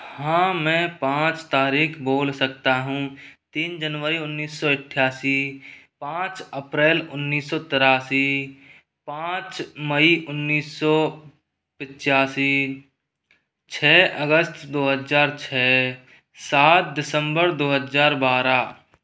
हाँ मैं पाँच तारीख बोल सकता हूँ तीन जनवरी उन्नीस सौ अट्ठ्यासी पाँच अप्रैल उन्नीस सौ तिरासी पाँच मई उन्नीस सौ पिच्च्यासी छ अगस्त दो हजार छ सात दिसम्बर दो हजार बारह